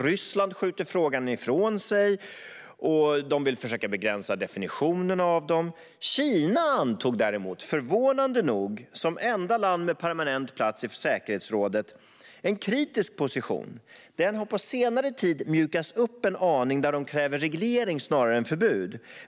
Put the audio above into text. Ryssland skjuter frågan ifrån sig, och de vill försöka begränsa definitionen av dem. Kina intog däremot, förvånande nog, som enda land med permanent plats i säkerhetsrådet en kritisk position. Den har på senare tid mjukats upp en aning, då de kräver reglering snarare än förbud.